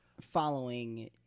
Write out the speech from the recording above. following